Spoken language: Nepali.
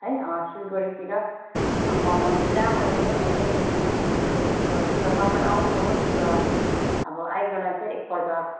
है सिलगढीतिर मैले जहाँबाट ल्याएँ म त्यहीँ पठाउने कोसिस गर्छु र तपाईँ आउनुहोस् र अब आइकन चाहिँ एकपल्ट